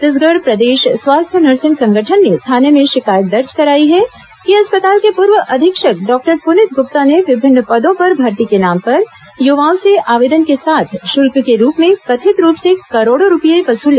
छत्तीसगढ़ प्रदेश स्वास्थ्य नर्सिंग संगठन ने थाने में शिकायत दर्ज कराई है कि अस्पताल के पूर्व अधीक्षक डॉक्टर पुनीत गुप्ता ने विभिन्न पदों पर भर्ती के नाम पर युवाओं से आवेदन के साथ शुल्क के रूप में करोड़ों रूपये वसूले